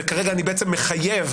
וכרגע אני בעצם מחייב,